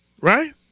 right